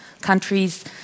countries